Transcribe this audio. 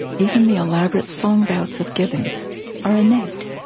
even the elaborate song bouts of gibbons are innate.